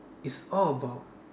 it's all about